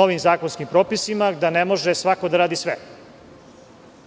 novijim zakonskim propisima, da ne može svako da radi sve. Tim